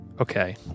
Okay